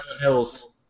Hill's